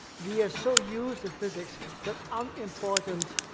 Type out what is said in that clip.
we are so used to physics that unimportant